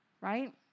right